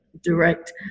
direct